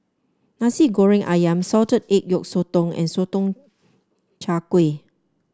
Nasi Goreng ayam Salted Egg Yolk Sotong and Sotong Char Kway